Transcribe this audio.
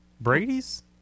Brady's